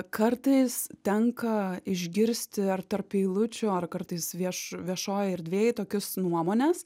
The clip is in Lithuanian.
kartais tenka išgirsti ar tarp eilučių ar kartais vieš viešoj erdvėj tokius nuomones